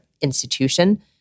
institution